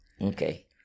Okay